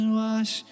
wash